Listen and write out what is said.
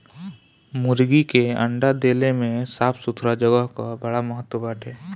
मुर्गी के अंडा देले में साफ़ सुथरा जगह कअ बड़ा महत्व बाटे